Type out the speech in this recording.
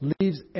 leaves